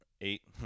Eight